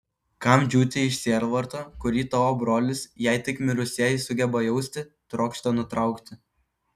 kam džiūti iš sielvarto kurį tavo brolis jei tik mirusieji sugeba jausti trokšta nutraukti